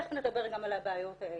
תיכף נדבר גם על הבעיות האלה.